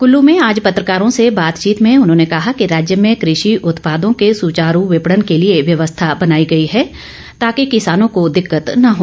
कुल्लू में आज पत्रकारों से बातचीत में उन्होंने कहा कि राज्य में कृशि उत्पादों के सुवारू विपणन के लिए व्यवस्था बनाई गई है ताकि किसानों को दिक्कत न हो